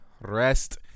Rest